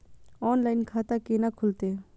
Online खाता केना खुलते?